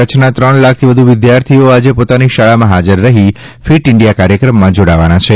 કચ્છના ત્રણ લાખથી વધુ વિદ્યાર્થીઓ આજે પોતાની શાળામાં હાજર રહી ફીટ ઇન્ડિયા કાર્યક્રમમાં જોડાવાના છે